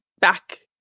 back